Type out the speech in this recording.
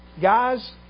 Guys